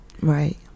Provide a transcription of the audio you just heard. Right